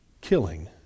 killing